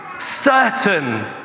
Certain